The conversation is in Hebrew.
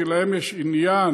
כי להם יש עניין,